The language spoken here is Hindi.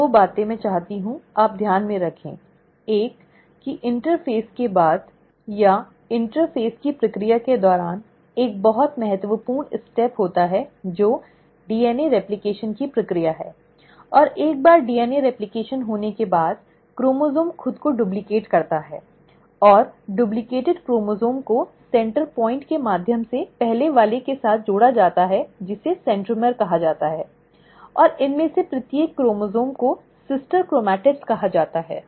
तो दो बातें मैं चाहती हूं आप ध्यान में रखें एक कि इंटरपेज़ के बाद या इंटरपेज़ की प्रक्रिया के दौरान एक बहुत महत्वपूर्ण कदम होता है जो डीएनए रेप्लकेशन की प्रक्रिया है और एक बार डीएनए रेप्लकेशन होने के बाद क्रोमोसोम खुद को डुप्लीकेट करता है और डुप्लिकेट क्रोमोसोम को केंद्र बिंदु के माध्यम से पहले वाले के साथ जोड़ा जाता है जिसे सेंट्रोमियर कहा जाता है और इनमें से प्रत्येक क्रोमोसोम को सिस्टर क्रोमैटिड्स कहा जाता है